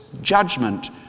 judgment